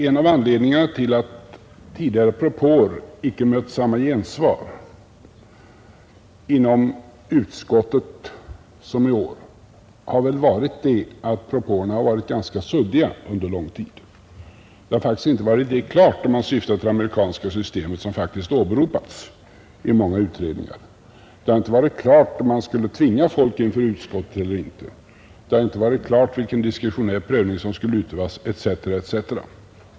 En av anledningarna till att tidigare propåer icke mött samma gensvar inom utskottet har väl varit att propåerna varit ganska suddiga under lång tid. Det har inte varit riktigt klart om man syftat till det amerikanska systemet, som faktiskt åberopats i många utredningar. Det har inte varit klart om man skulle tvinga folk inför utskott eller inte. Det har inte varit klart vilken diskretionär prövning som skulle utövas, etc. etc.